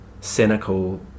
cynical